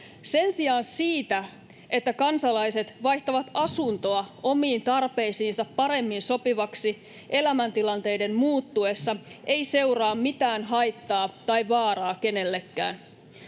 Sen sijaan siitä, että kansalaiset vaihtavat asuntoa omiin tarpeisiinsa paremmin sopivaksi elämäntilanteiden muuttuessa, ei seuraa mitään haittaa tai vaaraa kenellekään.